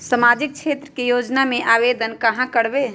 सामाजिक क्षेत्र के योजना में आवेदन कहाँ करवे?